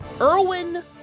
Erwin